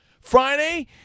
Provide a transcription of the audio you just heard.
Friday